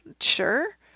sure